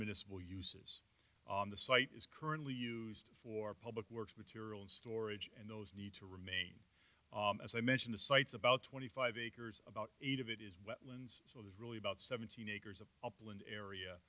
municipal use on the site is currently used for public works material and storage and those need to remain as i mentioned the sites about twenty five acres about eight of it is really about seventeen acres of upland area